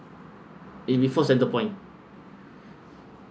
in before centrepoint